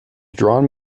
drawn